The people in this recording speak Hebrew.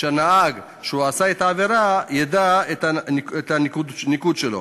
שהנהג שעשה את העבירה ידע את הניקוד שלו.